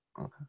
Okay